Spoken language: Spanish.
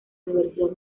universidad